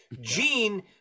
Gene